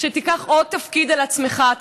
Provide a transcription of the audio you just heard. שתיקח עוד תפקיד על עצמך.